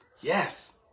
yes